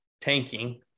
tanking